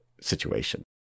situation